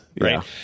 Right